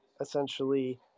essentially